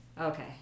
Okay